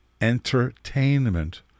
entertainment